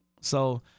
So-